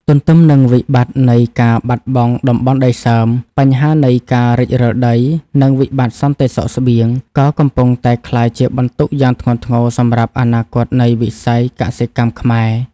ទន្ទឹមនឹងវិបត្តិនៃការបាត់បង់តំបន់ដីសើម បញ្ហានៃ ការរិចរឹលដី និងវិបត្តិសន្តិសុខស្បៀង ក៏កំពុងតែក្លាយជាបន្ទុកយ៉ាងធ្ងន់ធ្ងរសម្រាប់អនាគតនៃវិស័យកសិកម្មខ្មែរ។